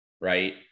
Right